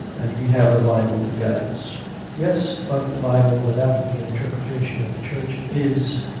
and we have the bible to guide us yes, but the bible without the interpretation of the church is.